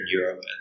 Europe